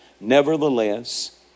Nevertheless